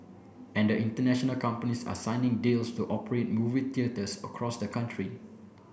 and the international companies are signing deals to operate movie theatres across the country